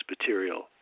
material